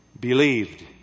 believed